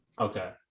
okay